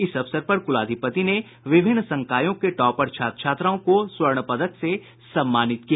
इस अवसर पर कुलाधिपति ने विभिन्न संकायों के टॉपर छात्र छात्राओं को स्वर्ण पदक से सम्मानित किया